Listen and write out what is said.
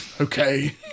Okay